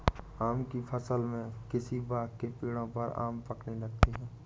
आम की फ़सल में किसी बाग़ के पेड़ों पर आम पकने लगते हैं